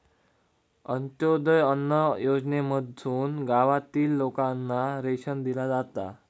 अंत्योदय अन्न योजनेमधसून गावातील लोकांना रेशन दिला जाता